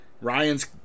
Ryan's